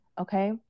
Okay